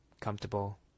comfortable